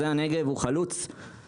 אני קופץ על הצד המתודולוגי.